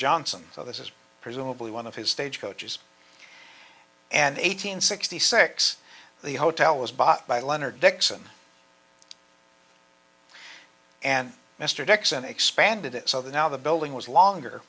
johnson so this is presumably one of his stage coaches and eight hundred sixty six the hotel was bought by leonard dixon and mr dixon expanded it so the now the building was longer